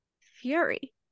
fury